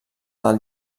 del